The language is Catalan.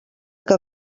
que